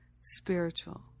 spiritual